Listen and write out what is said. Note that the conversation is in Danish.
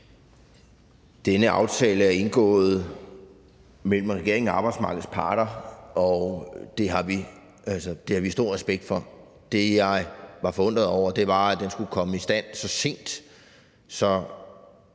Denne aftale er indgået mellem regeringen og arbejdsmarkedets parter, og det har vi stor respekt for. Det, jeg var forundret over, var, at den skulle komme i stand så sent, at